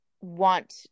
want